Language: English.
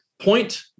Point